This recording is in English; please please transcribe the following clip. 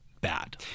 bad